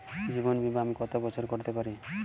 জীবন বীমা আমি কতো বছরের করতে পারি?